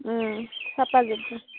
साफाजोबखा